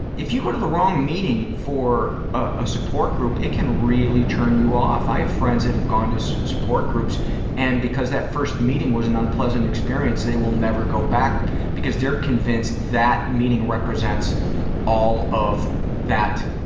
if you go to the wrong meeting for a support group it can really turn you off. i have friends that have gone to so support groups and because that first meeting was an unpleasant experience they will never go back because they're convinced that meeting represents all of that